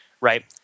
right